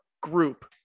group